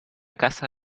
casa